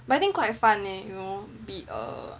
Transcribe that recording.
but I think quite fun leh you know be err